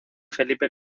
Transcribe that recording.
felipe